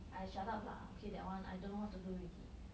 I shut up lah okay that one I don't know what to do already